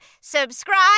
subscribe